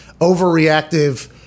overreactive